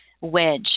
wedge